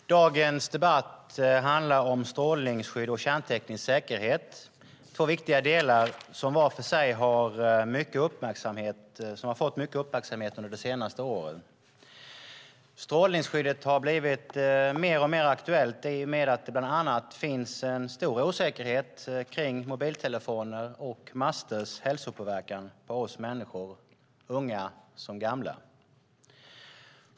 Herr talman! Dagens debatt handlar om strålningsskydd och kärnteknisk säkerhet, två viktiga delar som var för sig har fått mycket uppmärksamhet under de senaste åren. Strålningsskyddet har blivit mer och mer aktuellt i och med att det bland annat finns en stor osäkerhet kring mobiltelefoners och masters hälsopåverkan på oss människor, unga som gamla.